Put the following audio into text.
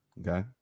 Okay